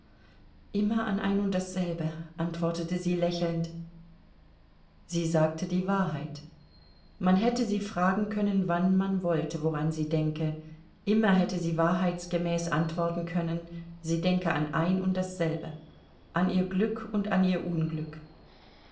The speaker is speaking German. immer an ein und dasselbe antwortete sie lächelnd sie sagte die wahrheit man hätte sie fragen können wann man wollte woran sie denke immer hätte sie wahrheitsgemäß antworten können sie denke an ein und dasselbe an ihr glück und an ihr unglück